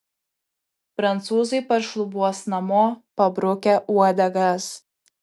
prancūzai paršlubuos namo pabrukę uodegas